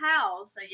house